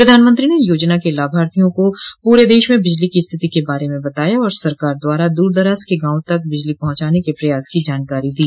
प्रधानमंत्री ने योजना के लाभार्थियों को पूरे देष में बिजली की स्थिति के बारे में बताया और सरकार द्वारा दूर दराज के गांवों तक बिजली पहुंचाने के प्रयास की जानकारी दी